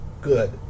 good